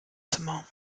zimmer